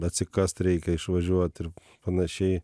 atsikast reikia išvažiuot ir panašiai